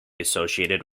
associated